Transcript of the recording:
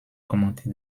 commenter